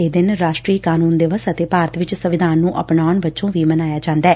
ਇਹ ਦਿਨ ਰਾਸ਼ਟਰੀ ਕਾਨੁੰਨ ਦਿਵਸ ਅਤੇ ਭਾਰਤ ਵਿਚ ਸੰਵਿਧਾਨ ਨੂੰ ਅਪਣਾਉਣ ਵਜੋਂ ਵੀ ਜਾਣਿਆ ਜਾਂਦੈ